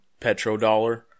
petrodollar